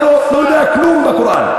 אתה לא יודע כלום בקוראן.